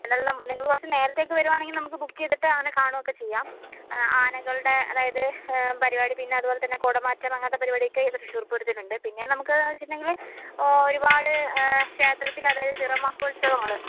എന്നാലും നിങ്ങൾ കുറച്ച് നേരത്തേയ്ക്ക് വരികയാണെങ്കിൽ നമുക്ക് ബുക്ക് ചെയ്തിട്ട് അങ്ങനെ കാണുകയൊക്കെ ചെയ്യാം ആനകളുടെ അതായത് പരിപാടി പിന്നെ അതുപോലെതന്നെ കുടമാറ്റം അങ്ങനത്തെ പരിപാടിയൊക്കെയേ ഇവിടെ തൃശ്ശൂർപ്പൂരത്തിനുണ്ട് പിന്നെ നമുക്ക് എന്ന് വച്ചിട്ടുണ്ടെങ്കിൽ ഓ ഒരുപാട് ക്ഷേത്രത്തിൽ അതായത് തിരമഹോത്സവങ്ങൾ